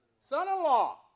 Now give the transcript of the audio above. Son-in-law